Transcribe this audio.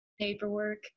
paperwork